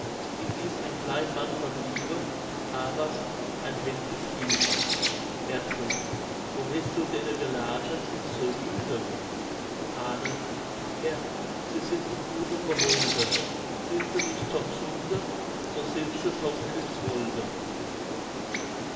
ein klein mann von live averst ein held im kife herzog wo hestu denne gelaten unse lüde hane her se sind in gudem beholde sind se nicht thom sunde so sind se